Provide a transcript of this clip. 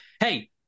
hey